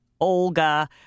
Olga